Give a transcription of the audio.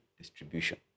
distribution